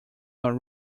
not